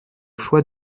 choix